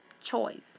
choice